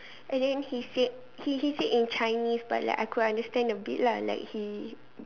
and then he said he he said in Chinese but like I could understand a bit lah like he